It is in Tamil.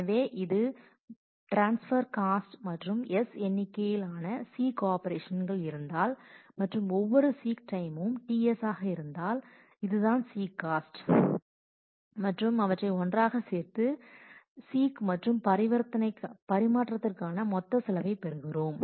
எனவே இது ட்ரான்ஸ்பெர் காஸ்ட் மற்றும் S எண்ணிக்கையில் ஆன சீக் ஆபரேஷன்கள் இருந்தால் மற்றும் ஒவ்வொரு சீக் டைமும் ts ஆக இருந்தால் இதுதான் சீக் காஸ்ட் மற்றும் அவற்றை ஒன்றாகச் சேர்த்து சீக் மற்றும் பரிமாற்றத்திற்கான மொத்த செலவைப் பெறுகிறோம்